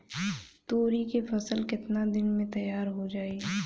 तोरी के फसल केतना दिन में तैयार हो जाई?